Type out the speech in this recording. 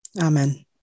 Amen